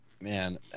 man